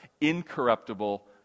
incorruptible